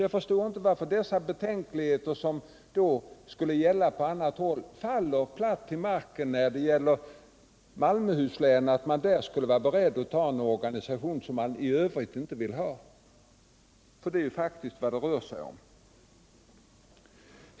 Jag förstår inte varför betänkligheterna som gäller på andra håll faller platt till marken när det gäller Malmöhus län. Där skulle han vara beredd att ta en organisation som han i Övrigt inte vill ha — det är faktiskt detta det rör sig om.